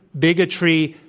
bigotry,